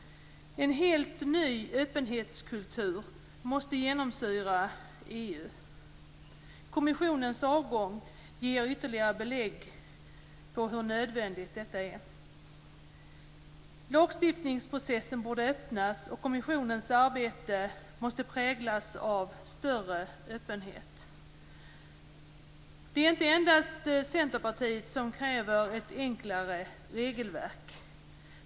En helt ny öppenhetskultur måste genomsyra EU. Kommissionens avgång ger ytterligare belägg för hur nödvändigt detta är. Lagstiftningsprocessen borde öppnas, och kommissionens arbete måste präglas av större öppenhet. Det är inte endast Centerpartiet som kräver ett enklare regelverk.